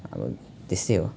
अब त्यस्तै हो